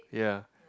ya